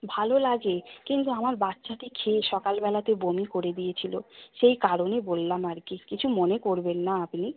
ভালো লাগে কিন্তু আমার বাচ্চাটি খেয়ে সকালবেলাতে বমি করে দিয়েছিল সেই কারণে বললাম আর কি কিছু মনে করবেন না আপনি